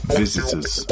visitors